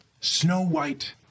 snow-white